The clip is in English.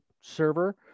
server